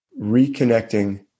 reconnecting